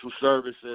services